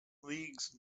leagues